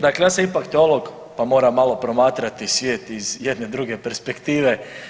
Dakle ja sam ipak teolog, pa moram malo promatrati svijet iz jedne druge perspektive.